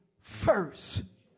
first